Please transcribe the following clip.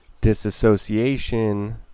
disassociation